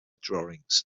drawings